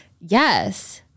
yes